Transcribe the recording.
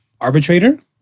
arbitrator